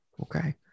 okay